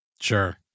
sure